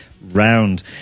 round